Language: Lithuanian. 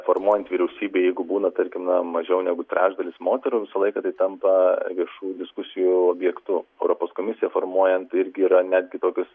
formuojant vyriausybę jeigu būna tarkim na mažiau negu trečdalis moterų visą laiką tai tampa viešų diskusijų objektu europos komisiją formuojant irgi yra netgi tokios